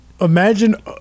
Imagine